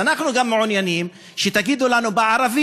אז גם אנחנו מעוניינים שתגידו לנו בערבית